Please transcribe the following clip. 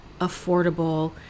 affordable